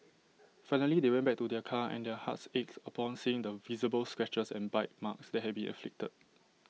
finally they went back to their car and their hearts ached upon seeing the visible scratches and bite marks that had been inflicted